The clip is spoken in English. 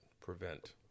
prevent